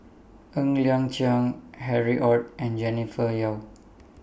Ng Liang Chiang Harry ORD and Jennifer Yeo